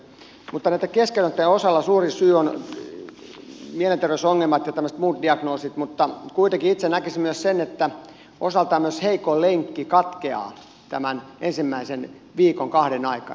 näitten keskeyttäneitten osalta suurin syy on mielenterveysongelmat ja tämmöiset muut diagnoosit mutta kuitenkin itse näkisin myös että osaltaan heikoin lenkki katkeaa tämän ensimmäisen viikon kahden aikana